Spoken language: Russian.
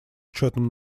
учетом